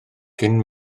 cyn